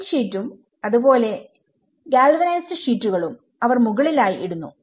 tin ഷീറ്റും അത് പോലെ ഗാൽവനൈസ്ഡ് ഷീറ്റുകളും അവർ മുകളിൽ ആയി ഇടുന്നു